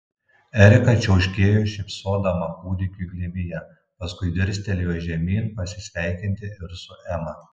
erika čiauškėjo šypsodama kūdikiui glėbyje paskui dirstelėjo žemyn pasisveikinti ir su ema